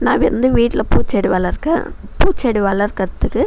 நான் வந்து வீட்டில் பூச்செடி வளர்க்க பூச்செடி வளர்க்கிறதுக்கு